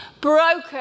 broken